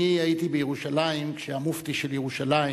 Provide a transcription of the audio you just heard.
אני הייתי בירושלים כשהמופתי של ירושלים,